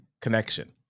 connection